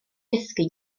dysgu